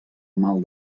mal